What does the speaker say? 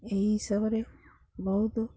ଏହି ହିସାବରେ ବହୁତ